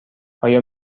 آیا